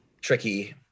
tricky